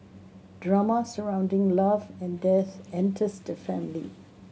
drama surrounding love and death enters the family